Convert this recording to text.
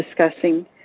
discussing